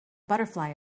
butterfly